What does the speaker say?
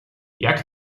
jak